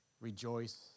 rejoice